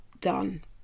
done